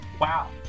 Wow